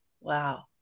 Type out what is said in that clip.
wow